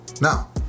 now